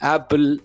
Apple